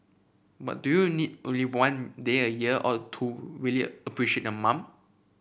but do you need only one day a year all to really appreciate your mom